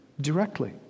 directly